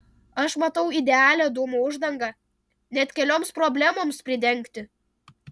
aš matau idealią dūmų uždangą net kelioms problemoms pridengti